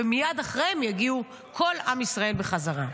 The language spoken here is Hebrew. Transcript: ומייד אחרי יגיעו כל עם ישראל בחזרה.